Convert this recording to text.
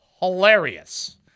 hilarious